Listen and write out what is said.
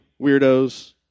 weirdos